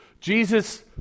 Jesus